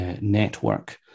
network